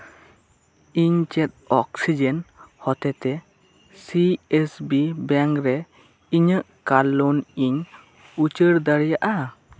ᱤᱧ ᱪᱮᱫ ᱚᱠᱥᱤᱡᱮᱱ ᱦᱚᱛᱮᱛᱮ ᱥᱤ ᱮᱥ ᱵᱤ ᱵᱮᱝᱠ ᱨᱮ ᱤᱧᱟᱹᱜ ᱠᱟᱨ ᱞᱳᱱ ᱤᱧ ᱩᱪᱟᱹᱲ ᱫᱟᱲᱮᱭᱟᱜᱼᱟ